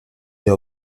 they